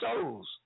souls